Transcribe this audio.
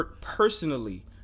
personally